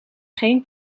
geen